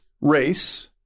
race